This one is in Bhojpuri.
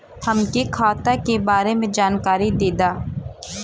हमके खाता के बारे में जानकारी देदा?